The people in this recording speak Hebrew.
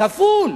כפול.